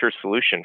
solution